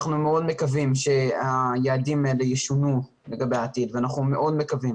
אנחנו מאוד מקווים שהיעדים האלה ישונו לגבי העתיד ואנחנו מאוד מקווים